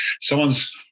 Someone's